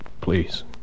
Please